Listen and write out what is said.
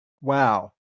Wow